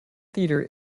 theater